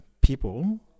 people